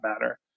matter